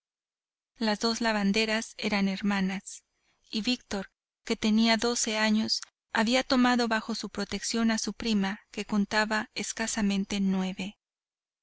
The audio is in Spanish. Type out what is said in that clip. las dos lavanderas eran hermanas y víctor que tenía doce años había tomado bajo su protección a su prima que contaba escasamente nueve